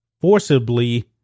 forcibly